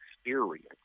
experience